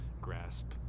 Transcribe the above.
grasp